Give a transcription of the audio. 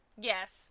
Yes